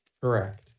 Correct